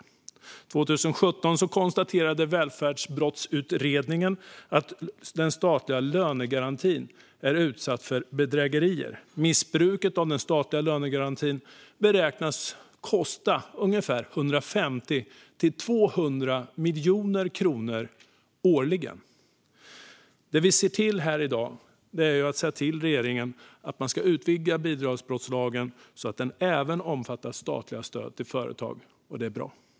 År 2017 konstaterade Välfärdsbrottsutredningen att den statliga lönegarantin är utsatt för bedrägerier. Missbruket av den statliga lönegarantin beräknas kosta ungefär 150-200 miljoner kronor årligen. Det vi gör i dag är att säga till regeringen att man ska utvidga bidragsbrottslagen så att den även omfattar statliga stöd till företag, och det är bra.